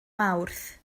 mawrth